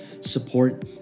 support